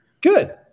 good